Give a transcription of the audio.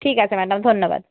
ঠিক আছে ম্যাডাম ধন্যবাদ